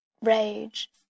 Rage